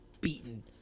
beaten